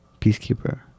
Peacekeeper